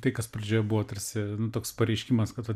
tai kas pradžia buvo tarsi toks pareiškimas kad